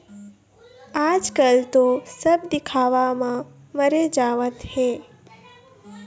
आजकल तो सब दिखावा म मरे जावत हें